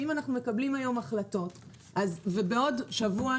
שאם אנחנו מקבלים היום החלטות ובעוד שבוע,